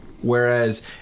Whereas